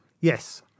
Yes